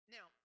Now